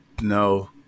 No